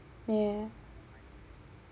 ya